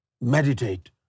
meditate